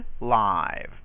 live